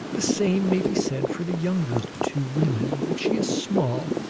the same may be said for the younger of the two women she is small,